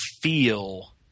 feel